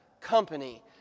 company